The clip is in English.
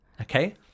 okay